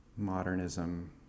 modernism